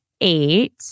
eight